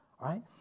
right